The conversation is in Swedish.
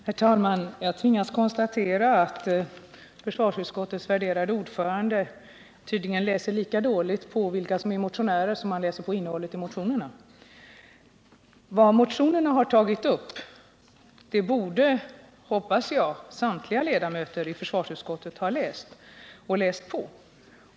Herr talman! Jag tvingas konstatera att försvarsutskottets värderade ordförande tydligen läser på vilka som är motionärer lika dåligt som han läser på innehållet i motionerna. Vad som tas upp i motionerna borde, hoppas jag, samtliga ledamöter av försvarsutskottet ha läst och läst på.